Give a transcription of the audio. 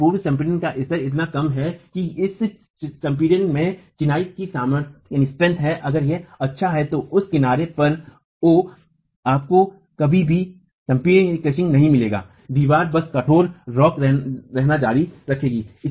लेकिन पूर्व संपीड़न का स्तर इतना कम है कि और संपीड़न में चिनाई की सामर्थ्य है अगर यह अच्छा है तो उस किनारे पर O आपको कभी भी संपीडन नहीं मिलेगा दीवार बस कठोररॉक रहना जारी रखेगी